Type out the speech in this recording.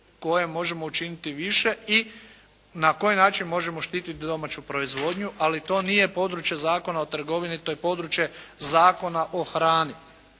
koje možemo učiniti više i na koji način možemo štititi domaću proizvodnju. Ali to nije područje Zakona o trgovini. To je područje Zakona o hrani.